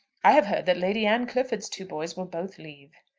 i have heard that lady anne clifford's two boys will both leave.